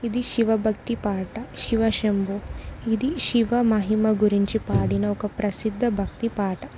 ఇది శివభక్తి పాట శివ శంభు ఇది శివ మహిమ గురించి పాడిన ఒక ప్రసిద్ధ భక్తి పాట